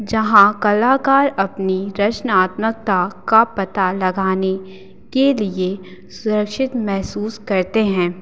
जहाँ कलाकार अपनी रचनात्मकता का पता लगाने के लिए सुरक्षित महसूस करते हैं